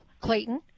Clayton